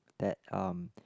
that um